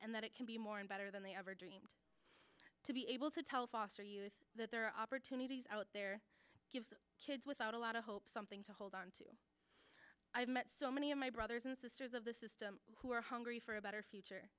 and that it can be more and better than they ever dreamed to be able to tell foster youth that there are opportunities out there give kids without a lot of hope something to hold on to i've met so many of my brothers and sisters of the system who are hungry for a better future